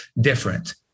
different